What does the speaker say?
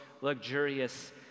luxurious